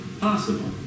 possible